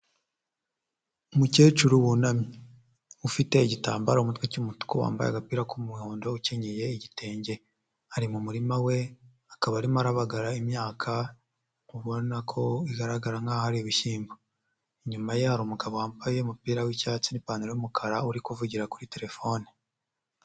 Umukecuru wunamye ufite igitambaro mu mutwe cy'umutuku wambaye agapira k'umuhondo ukenyeye igitenge, ari mu murima we akaba arimo arabagara imyaka ubona ko igaragara nk'aho ari ibishyimbo. Inyuma ye hari umugabo wambaye umupira w'icyatsi n'ipantaro y'umukara uri kuvugira kuri telefone.